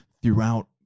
Throughout